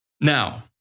Now